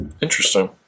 Interesting